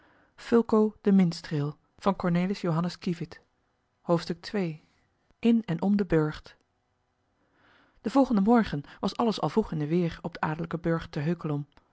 in en om den burcht den volgenden morgen was alles al vroeg in de weer op den adellijken burcht te heukelom